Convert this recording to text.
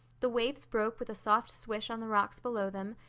the waves broke with a soft swish on the rocks below them,